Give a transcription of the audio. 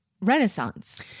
Renaissance